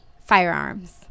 firearms